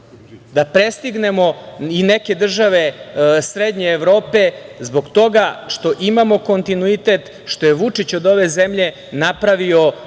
da prestignemo i neke države srednje Evrope zbog toga što imamo kontinuitet, što je Vučić od ove zemlje napravio